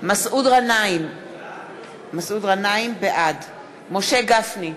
מסעוד גנאים, בעד משה גפני,